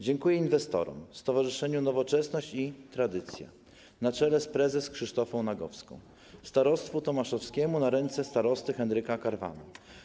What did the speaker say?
Dziękuję inwestorom, Stowarzyszeniu ˝Nowoczesność i Tradycja˝ na czele z prezes Krzysztofą Nagowską, starostwu tomaszowskiemu na ręce starosty Henryka Karwana.